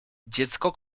dziecko